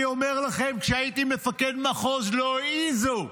אני אומר לכם, כשהייתי מפקד מחוז, לא העזו,